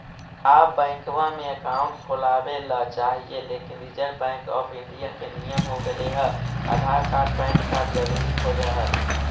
आब बैंकवा मे अकाउंट खोलावे ल चाहिए लेकिन रिजर्व बैंक ऑफ़र इंडिया के नियम हो गेले हे आधार कार्ड पैन कार्ड जरूरी खोज है?